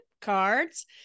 cards